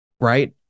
right